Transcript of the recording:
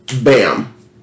bam